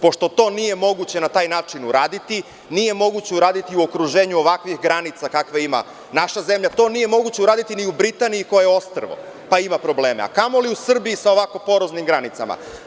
Pošto to nije moguće na taj način uraditi, nije moguće uraditi u okruženju ovakvih granica kakve ima naša zemlja, to nije moguće uraditi ni u Britaniji koja je ostrvo pa ima probleme, a kamoli u Srbiji sa ovako poroznim granicama.